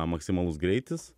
maksimalus greitis